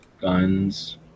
Guns